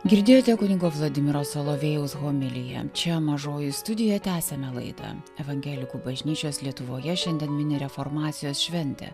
girdėjote kunigo vladimiro solovėjaus homiliją čia mažoji studija tęsiame laidą evangelikų bažnyčios lietuvoje šiandien mini reformacijos šventę